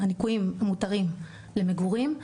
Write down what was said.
הניכויים המותרים למגורים.